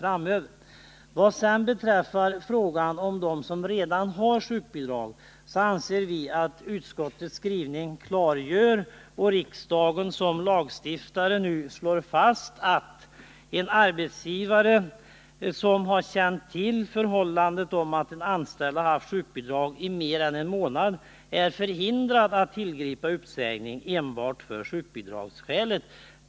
13 december 1979 Beträffande frågan om dem som redan har sjukbidrag anser vi att utskottets skrivning klargör och riksdagen nu som lagstiftare slår fast, att har Anställningsskydd en arbetsgivare känt till att en anställd i mer än en månad haft sjukbidrag, är för långtidssjuka, arbetsgivaren förhindrad att tillgripa uppsägning enbart på grund av m.m. sjukbidraget.